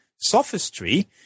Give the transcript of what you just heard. sophistry